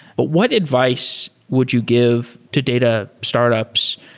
but what advice would you give to data startups,